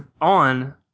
on